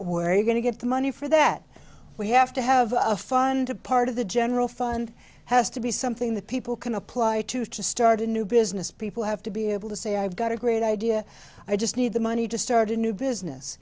are going to get the money for that we have to have a fund to part of the general fund has to be something that people can apply to to start a new business people have to be able to say i've got a great idea i just need the money to start a new business